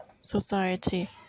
society